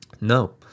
No